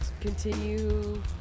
continue